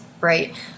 right